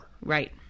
Right